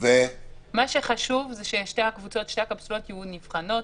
מה שחשוב זה ששתי הקפסולות יהיו מובחנות,